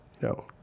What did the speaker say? No